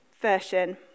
version